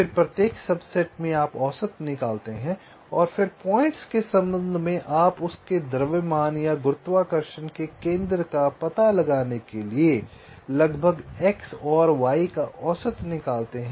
फिर प्रत्येक सबसेट में आप औसत निकलते हैं और फिर पॉइंट्स के सम्बन्ध में आप उसका द्रव्यमान या गुरुत्वाकर्षण के केंद्र का पता लगाने के लिए आप लगभग x और y का औसत निकालते हैं